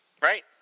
Right